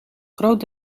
groot